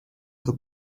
the